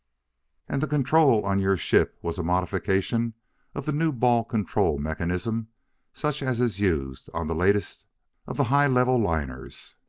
and the control on your ship was a modification of the new ball-control mechanism such as is used on the latest of the high-level liners?